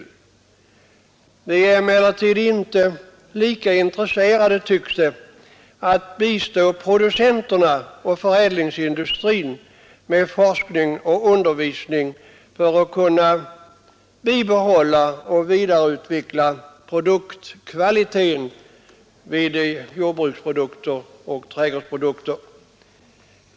Man är emellertid inte lika intresserad, tycks det, av att bistå producenterna och förädlingsindustrin med forskning och undervisning för att kunna bibehålla och vidareutveckla produktkvaliteten i fråga om jordbruksprodukter och trädgårdsprodukter.